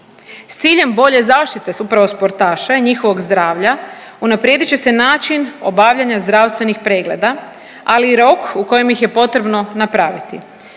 S ciljem bolje zaštite upravo sportaša i njihovog zdravlja unaprijedit će način obavljanja zdravstvenih pregleda, ali i rok u kojem ih je potrebno napraviti.